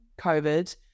COVID